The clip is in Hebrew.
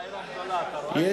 "סקס והעיר הגדולה" אתה רואה?